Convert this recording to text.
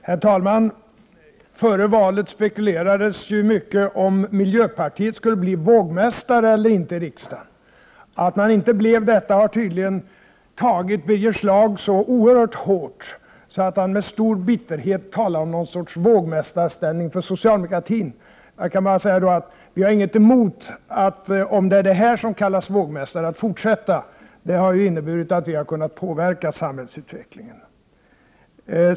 Herr talman! Före valet spekulerades ju mycket om miljöpartiet skulle bli vågmästare eller inte i riksdagen. Att partiet inte blev det har tydligen tagit Birger Schlaug så oerhört hårt att han med stor bitterhet nu talar om någon sorts vågmästarställning för socialdemokratin. Jag vill bara säga att om den situation vi har i dag kallas vågmästarställning, har vi inget emot att fortsätta. Det har ju inneburit att vi har kunnat påverka samhällsutvecklingen.